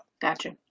Gotcha